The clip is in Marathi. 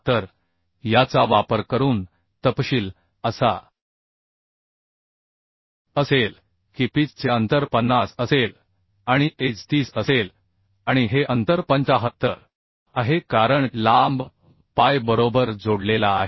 तर याचा वापर करून तपशील असा असेल की पिच चे अंतर 50 असेल आणि एज 30 असेल आणि हे अंतर 75 आहे कारण लांब पाय बरोबर जोडलेला आहे